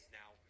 now